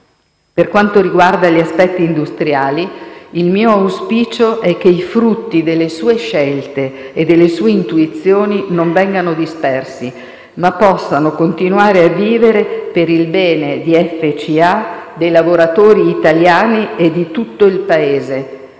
Per quanto riguarda gli aspetti industriali, il mio auspicio è che i frutti delle sue scelte e delle sue intuizioni non vengano dispersi, ma possano continuare a vivere per il bene di FCA, dei lavoratori italiani e di tutto il Paese.